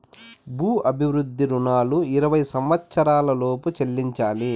భూ అభివృద్ధి రుణాలు ఇరవై సంవచ్చరాల లోపు చెల్లించాలి